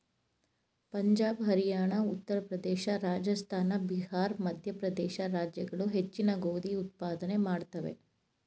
ಪಂಜಾಬ್ ಹರಿಯಾಣ ಉತ್ತರ ಪ್ರದೇಶ ರಾಜಸ್ಥಾನ ಬಿಹಾರ್ ಮಧ್ಯಪ್ರದೇಶ ರಾಜ್ಯಗಳು ಹೆಚ್ಚಿನ ಗೋಧಿ ಉತ್ಪಾದನೆ ಮಾಡುತ್ವೆ